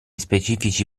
specifici